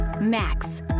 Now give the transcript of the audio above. Max